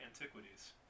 antiquities